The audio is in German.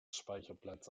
speicherplatz